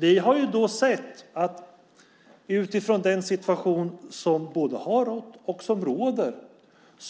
Vi har dock sett att utifrån den situation som både har rått och som råder